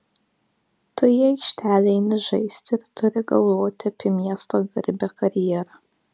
tu į aikštelę eini žaisti ir turi galvoti apie miesto garbę karjerą